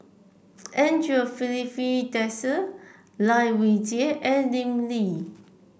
Andre Filipe Desker Lai Weijie and Lim Lee